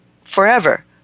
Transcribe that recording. forever